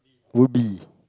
would be